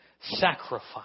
sacrifice